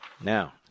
Now